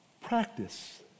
practice